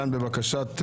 בוקר טוב.